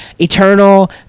eternal